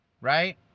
right